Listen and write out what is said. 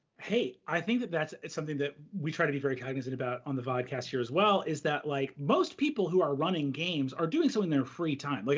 hey, i think that that's something that we try to be very cognizant about on the vodcast here as well, is that like most people who are running games are doing so in their free time, like